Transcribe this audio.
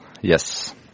Yes